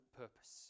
purpose